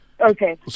Okay